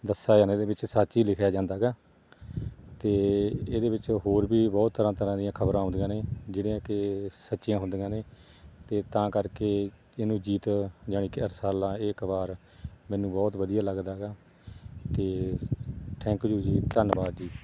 ਦੱਸਿਆ ਜਾਂਦਾ ਇਹਦੇ ਵਿੱਚ ਸੱਚ ਹੀ ਲਿਖਿਆ ਜਾਂਦਾ ਗਾ ਅਤੇ ਇਹਦੇ ਵਿੱਚ ਹੋਰ ਵੀ ਬਹੁਤ ਤਰ੍ਹਾਂ ਤਰ੍ਹਾਂ ਦੀਆਂ ਖਬਰਾਂ ਆਉਂਦੀਆਂ ਨੇ ਜਿਹੜੀਆਂ ਕਿ ਸੱਚੀਆਂ ਹੁੰਦੀਆਂ ਨੇ ਅਤੇ ਤਾਂ ਕਰਕੇ ਇਹਨੂੰ ਅਜੀਤ ਜਾਨੀ ਕਿ ਰਸਾਲਾ ਇਹ ਅਖਬਾਰ ਮੈਨੂੰ ਬਹੁਤ ਵਧੀਆ ਲੱਗਦਾ ਗਾ ਅਤੇ ਥੈਂਕ ਯੂ ਜੀ ਧੰਨਵਾਦ ਜੀ